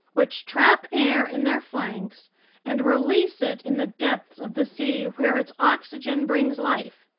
which trap air in their flanks and release it in the depths of the sea where its oxygen brings life.